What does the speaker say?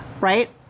right